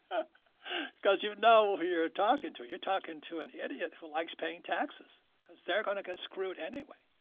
because you know who you're talking to. you're talking to an idiot who likes paying taxes because they're going to get screwed anyway.